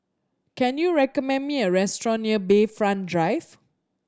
can you recommend me a restaurant near Bayfront Drive